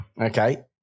Okay